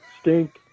stink